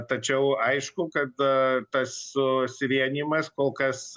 tačiau aišku kad tas susivienijimas kol kas